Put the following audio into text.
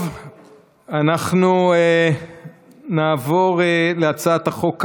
אנחנו נעבור להצעת החוק הבאה,